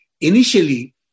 initially